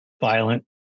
violent